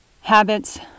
habits